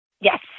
Yes